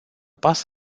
pas